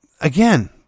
Again